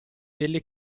delle